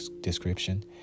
description